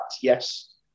yes